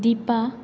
Dipa